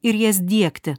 ir jas diegti